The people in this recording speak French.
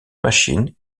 machines